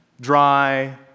dry